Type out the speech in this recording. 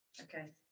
Okay